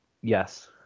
Yes